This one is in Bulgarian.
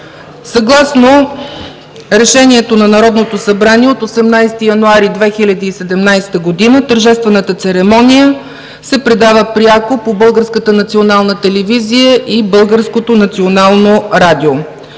Съгласно Решението на Народното събрание от 18 януари 2017 г., тържествената церемония се предава пряко по Българската